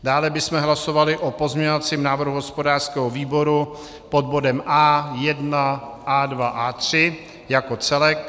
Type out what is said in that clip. Dále bychom hlasovali o pozměňovacím návrhu hospodářského výboru pod bodem A1, A2, A3 jako celek.